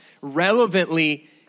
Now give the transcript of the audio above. relevantly